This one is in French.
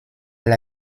elle